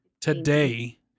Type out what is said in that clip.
today